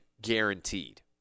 Guaranteed